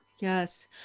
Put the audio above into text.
Yes